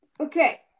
Okay